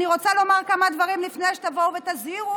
אני רוצה לומר כמה דברים לפני שתבואו ותזהירו